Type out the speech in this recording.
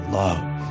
love